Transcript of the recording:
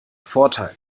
vorteil